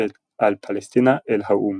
על פלשתינה אל האו"ם.